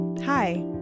Hi